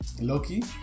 Loki